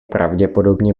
pravděpodobně